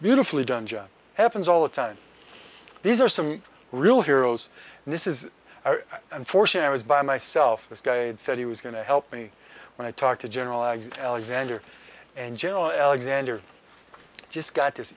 beautifully done job happens all the time these are some real heroes and this is unfortunate was by myself this guy said he was going to help me when i talked to general ag alexander and general alexander just got his